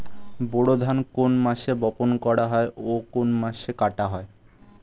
বোরো ধান কোন মাসে বপন করা হয় ও কোন মাসে কাটা হয়?